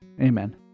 Amen